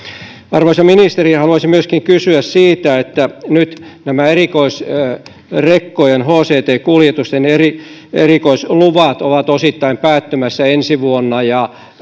arvoisa ministeri haluaisin myöskin kysyä siitä kun nyt nämä erikoisrekkojen hct kuljetusten erikoisluvat ovat osittain päättymässä ensi vuonna ja